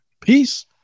Peace